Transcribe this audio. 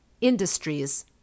INDUSTRIES